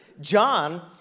John